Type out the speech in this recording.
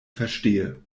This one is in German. verstehe